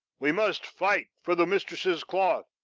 we must fight for the mistress's cloth.